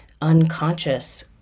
unconscious